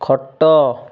ଖଟ